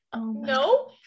no